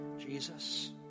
Jesus